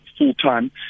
full-time